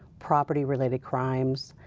property-related crimes,